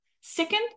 Second